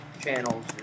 channels